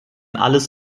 alles